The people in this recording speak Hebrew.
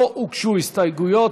לא הוגשו הסתייגויות.